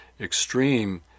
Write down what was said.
extreme